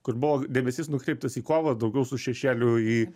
kur buvo dėmesys nukreiptas į kovą daugiau su šešėliu į